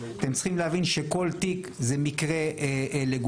אתם צריכים להבין שכל תיק זה מקרה לגופו,